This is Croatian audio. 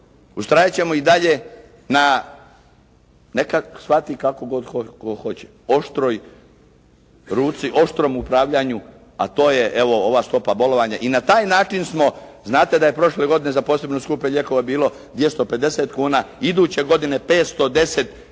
oštroj ruci, oštrom upravljanju, a to je evo ova stopa bolovanja i na taj način smo, znate da je prošle godine za posebno skupe lijekove bilo 250 kuna, iduće godine 510